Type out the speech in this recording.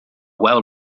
well